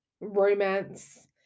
romance